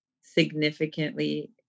significantly